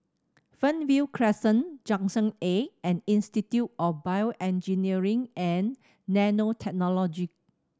Fernvale Crescent Junction Eight and Institute of BioEngineering and Nanotechnology